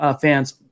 fans